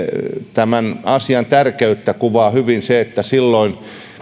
tämän asian tärkeyttä kuvaa hyvin se että silloin